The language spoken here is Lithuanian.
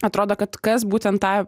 atrodo kad kas būtent tą